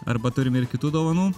arba turime ir kitų dovanų